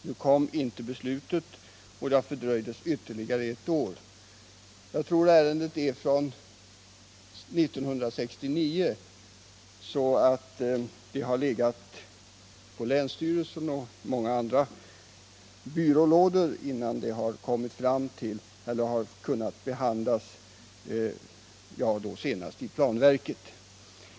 Nu kom inte beslutet, och byggandet har fördröjts ytterligare ett år. Jag tror att ärendet är från 1969. Det har legat på länsstyrelsen och i många andra byrålådor innan det kunnat behandlas av planverket.